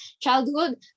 childhood